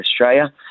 Australia